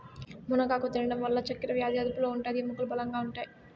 మునగాకు తినడం వల్ల చక్కరవ్యాది అదుపులో ఉంటాది, ఎముకలు బలంగా ఉంటాయి